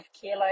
kilo